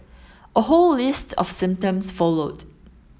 a whole list of symptoms followed